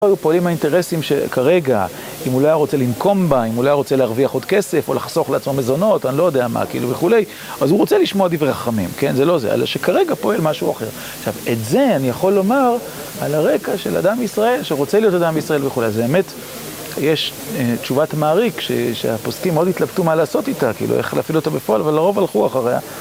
פועלים האינטרסים שכרגע, אם אולי הוא רוצה לנקום בה, אם אולי הוא רוצה להרוויח עוד כסף או לחסוך לעצמו מזונות, אני לא יודע מה, כאילו וכו', אז הוא רוצה לשמוע דברי חכמים, כן? זה לא זה, אלא שכרגע פועל משהו אחר. עכשיו, את זה אני יכול לומר על הרקע של אדם ישראל שרוצה להיות אדם ישראל וכו', אז באמת יש תשובת מעריק שהפוסקים מאוד התלבטו מה לעשות איתה, כאילו איך להפעיל אותה בפועל, אבל לרוב הלכו אחריה.